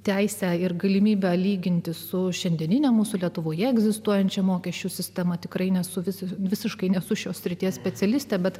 teisę ir galimybę lyginti su šiandieninę mūsų lietuvoje egzistuojančią mokesčių sistemą tikrai nesu visai visiškai nesu šios srities specialistė bet